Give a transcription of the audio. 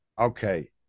okay